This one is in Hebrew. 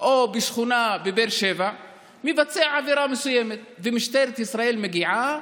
או בשכונה בבאר שבע מבצע עבירה מסוימת ומשטרת ישראל מגיעה,